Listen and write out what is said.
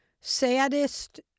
saddest